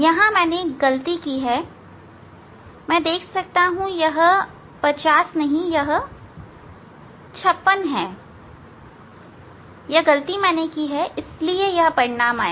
यहां मैंने एक गलती की है मैं इसे देख सकता हूं यह 50 नहीं यह 56 है यह गलती मैंने की है इसलिए यह परिणाम आया